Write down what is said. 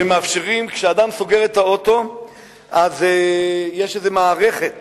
שכשאדם סוגר את האוטו יש איזו מערכת